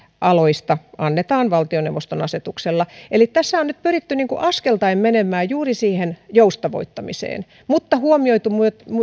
aloista annetaan valtioneuvoston asetuksella eli tässä on nyt pyritty askeltaen menemään juuri siihen joustavoittamiseen mutta huomioitu